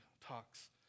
talks